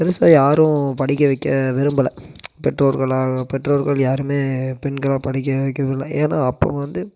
பெருசாக யாரும் படிக்க வைக்க விரும்பலை பெற்றோர்களாக பெற்றோர்கள் யாருமே பெண்களை படிக்க வைக்கவில்ல ஏன்னால் அப்போ வந்து